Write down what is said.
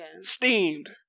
Steamed